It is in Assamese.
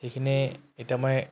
সেইখিনি এতিয়া মই